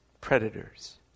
predators